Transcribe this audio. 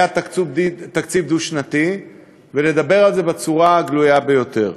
תקציב דו-שנתי ולדבר על זה בצורה הגלויה ביותר.